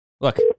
Look